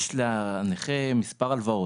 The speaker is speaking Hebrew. יש לנכה מספר הלוואות,